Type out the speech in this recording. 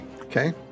Okay